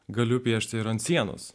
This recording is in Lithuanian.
galiu piešti ir ant sienos